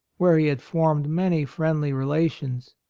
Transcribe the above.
where he had formed many friendly relations.